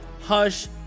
hush